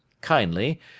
Kindly